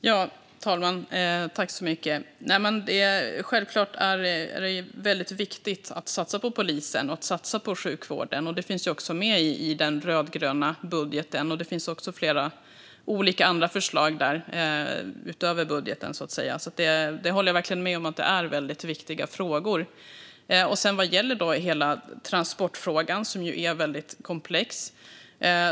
Fru talman! Självklart är det väldigt viktigt att satsa på polisen och sjukvården, och det finns också med i den rödgröna budgeten. Det finns också flera andra förslag utöver budgeten. Jag håller med om att det verkligen är väldigt viktiga frågor. Transportfrågan är väldigt komplex.